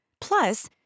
Plus